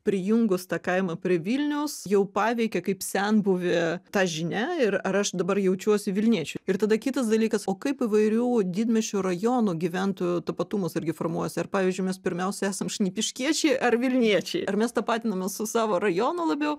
prijungus tą kaimą prie vilniaus jau paveikia kaip senbuvį ta žinia ir ar aš dabar jaučiuosi vilniečiu ir tada kitas dalykas o kaip įvairių didmiesčių rajono gyventojų tapatumas irgi formuojas ar pavyzdžiui mes pirmiausia esam šnipiškiečiai ar vilniečiai ar mes tapatinamės su savo rajonu labiau